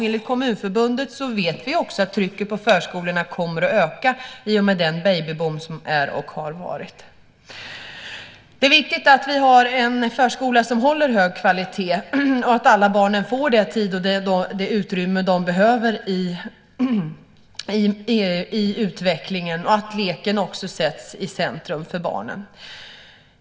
Enligt Kommunförbundet vet vi också att trycket på förskolorna kommer att öka i och med den babyboom som är och har varit. Det är viktigt att vi har en förskola som håller hög kvalitet, att alla barn får den tid och det utrymme de behöver i utvecklingen och att leken också sätts i centrum för barnen.